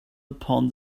upon